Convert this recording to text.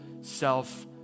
self